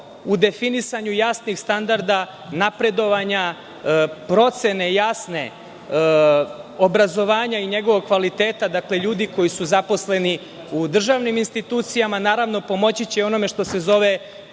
u definisanju jasnih standarda, napredovanja procene jasne obrazovanja i njegovog kvaliteta, ljudi koji su zaposleni u državnim institucijama, pomoći će i u onome što se zove